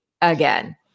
again